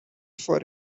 for